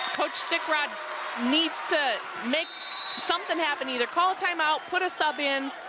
coach stickrod needs to make something happen, either call a time-out, put a sub in,